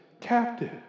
captive